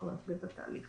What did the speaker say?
והם יוכלו להסביר את התהליך.